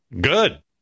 Good